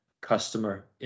customer